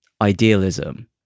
idealism